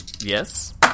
yes